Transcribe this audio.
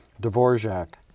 Dvorak